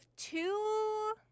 Two